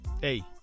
hey